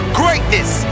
greatness